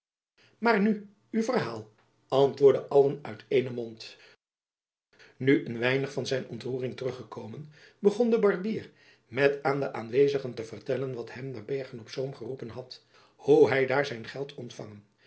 maar nu uw verhaal vroegen allen uit eenen mond nu een weinig van zijn ontroering terug gekomen begon de barbier met aan de aanwezigen te vertellen wat hem naar bergen-op-zoom geroepen had hoe hy daar zijn geld ontfangen